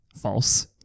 False